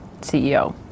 CEO